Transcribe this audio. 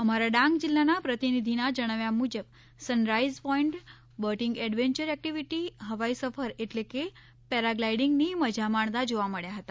અમારા ડાંગ જીલ્લાના પ્રતિનિધીના જણાવ્યા મુજબ sunrise point boating adventure activity હવાઇ સફર એટલે કે પેરાગ્લાઇડીંગની મજા માણતા જોવા મળ્યા હતા